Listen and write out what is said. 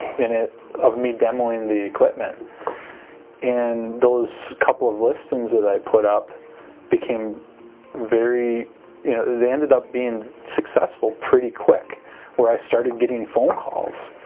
in it of me demoing the equipment and those couple of listings that i put up became very they ended up being successful pretty quick where i started getting phone calls,